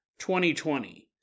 2020